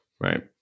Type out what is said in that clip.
right